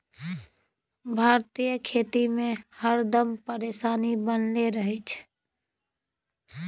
भारतीय खेती में हरदम परेशानी बनले रहे छै